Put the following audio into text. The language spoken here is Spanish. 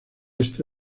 este